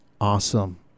awesome